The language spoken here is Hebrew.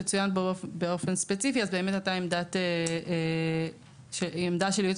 שצוין באופן ספציפי הייתה עמדה של ייעוץ